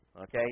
Okay